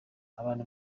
abantu